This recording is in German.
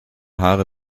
haare